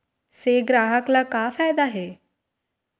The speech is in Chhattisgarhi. से ग्राहक ला का फ़ायदा हे?